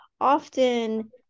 often